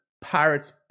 Pirates